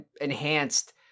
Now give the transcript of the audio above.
enhanced